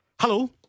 Hello